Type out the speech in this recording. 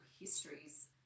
histories